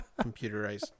computerized